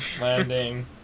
landing